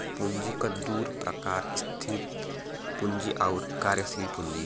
पूँजी क दू प्रकार स्थिर पूँजी आउर कार्यशील पूँजी